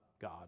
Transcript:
God